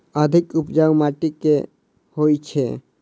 अधिक उपजाउ माटि केँ होइ छै?